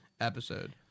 episode